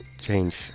change